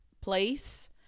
place